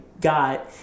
got